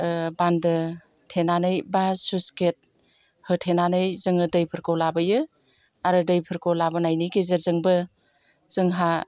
बान्दो थेनानै बा स्लुइसगेट होथेनानै जोङो दैफोरखौ लाबोयो आरो दैफोरखौ लाबोनायनि गेजेरजोंबो जोंहा